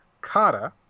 Kata